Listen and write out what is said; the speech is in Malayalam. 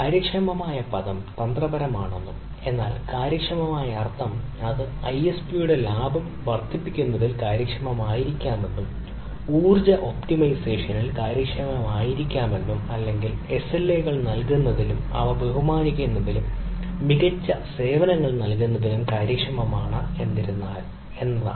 കാര്യക്ഷമമായ പദം തന്ത്രപരമാണെന്നും എന്നാൽ കാര്യക്ഷമമായ അർത്ഥം അത് ISP യുടെ ലാഭം വർദ്ധിപ്പിക്കുന്നതിൽ കാര്യക്ഷമമായിരിക്കാമെന്നും ഊർജ്ജ ഒപ്റ്റിമൈസേഷനിൽ കാര്യക്ഷമമായിരിക്കാമെന്നും അല്ലെങ്കിൽ SLA കൾ നൽകുന്നതിലും ബഹുമാനിക്കുന്നതിലും മികച്ച സേവനങ്ങൾ നൽകുന്നതിലും കാര്യക്ഷമമാണ് എന്നതാണ്